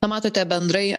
na matote bendrai